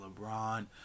LeBron